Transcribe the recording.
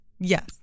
Yes